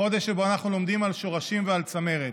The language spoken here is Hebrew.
החודש שבו אנחנו לומדים על שורשים ועל צמרת,